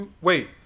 wait